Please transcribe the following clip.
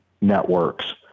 networks